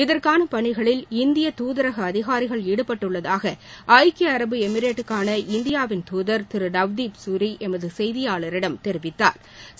இதற்கான பணிகளில் இந்திய தூதரக அதிகாரிகள் ஈடுப்பட்டுள்ளதாக ஐக்கிய அரபு எமிரேட்டுக்கான இந்தியாவின் தூதர் திரு நவ்தீப் சூரி எமது செய்தியாளரிடம் தெரிவித்தாா்